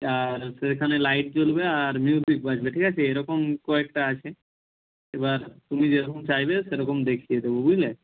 আর সেখানে লাইট জ্বলবে আর মিউজিক বাজবে ঠিক আছে এরকম কয়েকটা আছে এবার তুমি যেরকম চাইবে সেরকম দেখিয়ে দেবো বুঝলে